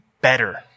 better